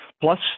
Plus